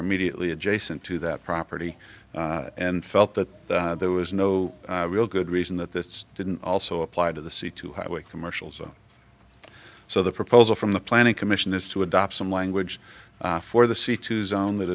immediately adjacent to that property and felt that there was no real good reason that this didn't also apply to the c two highway commercials on so the proposal from the planning commission is to adopt some language for the c two zone that